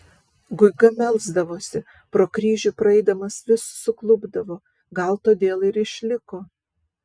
guiga melsdavosi pro kryžių praeidamas vis suklupdavo gal todėl ir išliko